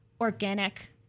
organic